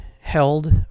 held